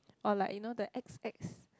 or like you know the X_X